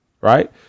Right